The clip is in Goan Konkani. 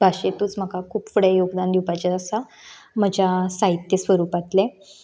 भाशेंतूच म्हाका खूब योगदान दिवपाचें आसा म्हज्या साहित्य स्वरुपांतलें